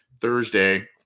Thursday